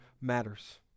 matters